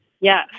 Yes